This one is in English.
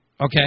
Okay